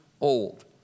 old